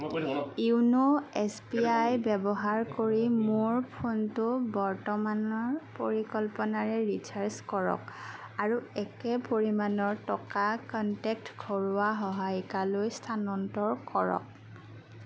YONO S B I ব্যৱহাৰ কৰি মোৰ ফোনটো বৰ্তমানৰ পৰিকল্পনাৰে ৰিচাৰ্জ কৰক আৰু একে পৰিমাণৰ টকা কনটেক্ট ঘৰুৱা সহায়িকালৈ স্থানান্তৰ কৰক